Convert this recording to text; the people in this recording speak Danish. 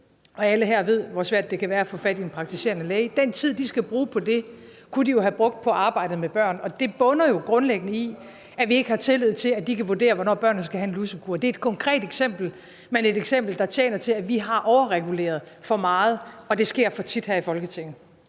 og alle her ved, hvor svært det kan være at få fat i en praktiserende læge – kunne de jo have brugt på arbejdet med børn. Og det bunder grundlæggende i, at vi ikke har tillid til, at de kan vurdere, hvornår børnene skal have en lusekur. Det er et konkret eksempel, men et eksempel, der tjener til at vise, at vi har reguleret for meget, og det sker for tit her i Folketinget.